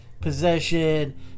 possession